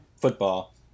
football